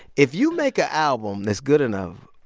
if you make an album that's good enough,